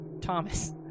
Thomas